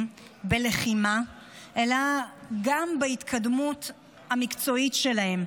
בלחימה אלא גם בהתקדמות המקצועית שלהם,